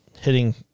hitting